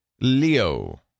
leo